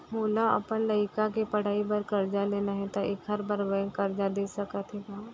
मोला अपन लइका के पढ़ई बर करजा लेना हे, त एखर बार बैंक करजा दे सकत हे का?